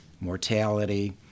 mortality